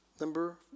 Number